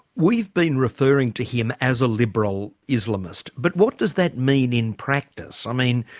we've been referring to him as a liberal islamist. but what does that mean in practice? i mean,